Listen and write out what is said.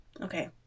Okay